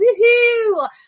Woohoo